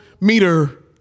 meter